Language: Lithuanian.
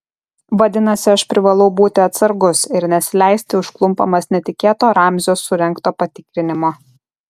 vadinasi aš privalau būti atsargus ir nesileisti užklumpamas netikėto ramzio surengto patikrinimo